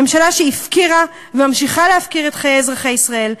ממשלה שהפקירה וממשיכה להפקיר את חיי אזרחי ישראל,